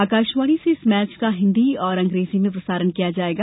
आकाशवाणी से इस मैच का हिंदी और अंग्रेजी में प्रसारण किया जाएगा